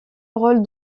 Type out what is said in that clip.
rôle